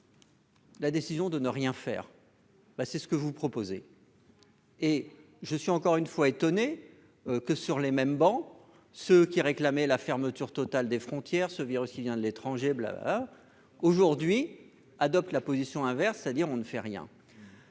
La décision de ne rien faire. Ben c'est ce que vous proposez et je suis encore une fois étonné que sur les mêmes bancs ce qui réclamaient la fermeture totale des frontières, ce virus qui vient de l'étranger, bla aujourd'hui adopte la position inverse, c'est-à-dire on ne fait rien.